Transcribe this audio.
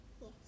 Yes